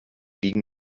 liegen